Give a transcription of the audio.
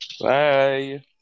Bye